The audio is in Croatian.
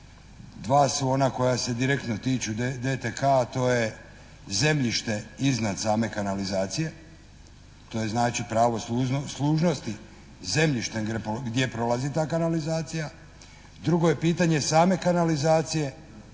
Dva su ona koja se direktno tiču DTK, a to je zemljište iznad same kanalizacije, to je znači pravo služnosti, zemljište gdje prolazi ta kanalizacija. Drugo je pitanje same kanalizacije,